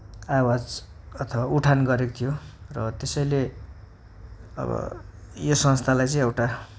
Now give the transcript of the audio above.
आवाज अथवा उठान गरेको थियो र त्यसैले अब यो संस्थालाई चाहिँ एउटा